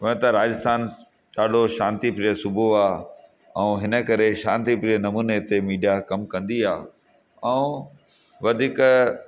हूअं त राजस्थान ॾाढो शांतीप्रिय सुबो आहे ऐं हिन करे शांती प्रिय नमूने ते मीडिया कमु कंदी आहे ऐं वधीक